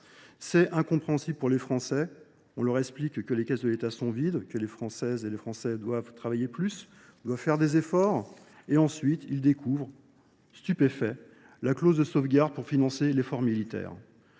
C'est un principe pour les Français. On leur explique que les caisses de l'État sont vides, que les Françaises et les Français doivent travailler plus, doivent faire des efforts, et ensuite ils découvrent stupéfait, la clause de sauvegarde pour financer l'effort militaire.